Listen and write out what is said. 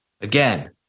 Again